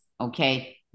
Okay